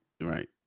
Right